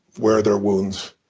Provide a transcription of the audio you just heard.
where are their wounds?